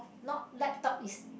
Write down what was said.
not laptop is